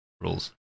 Rules